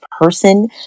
person